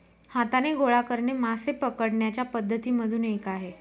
हाताने गोळा करणे मासे पकडण्याच्या पद्धती मधून एक आहे